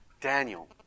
Daniel